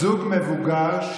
זוג מבוגר,